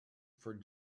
for